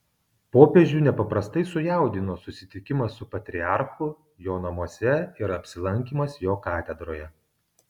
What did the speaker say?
popiežių nepaprastai sujaudino susitikimas su patriarchu jo namuose ir apsilankymas jo katedroje